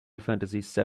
fantasy